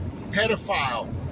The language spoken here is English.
pedophile